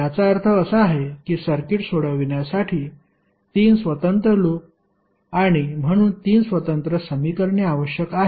याचा अर्थ असा आहे की सर्किट सोडविण्यासाठी 3 स्वतंत्र लूप आणि म्हणून 3 स्वतंत्र समीकरणे आवश्यक आहेत